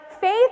faith